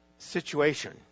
situation